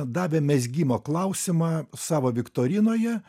davė mezgimo klausimą savo viktorinoje